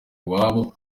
iwabo